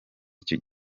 icyo